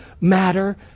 matter